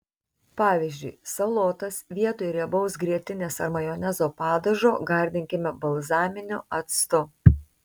pavyzdžiui salotas vietoj riebaus grietinės ar majonezo padažo gardinkime balzaminiu actu